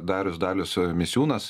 darius dalius misiūnas